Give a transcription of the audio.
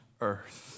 earth